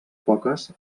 poques